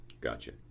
Gotcha